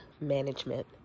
management